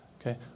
Okay